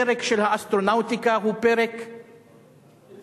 הפרק של האסטרונאוטיקה הוא פרק מרשים.